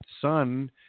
son